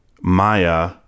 Maya